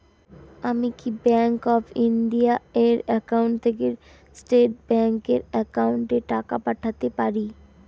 আমি কি bank of India এর একাউন্ট থেকে স্টেট ব্যাংক এর একাউন্টে টাকা পাঠাতে পারি?